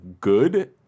good